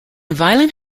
violent